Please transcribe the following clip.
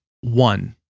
one